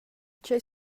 tgei